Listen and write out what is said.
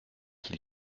qui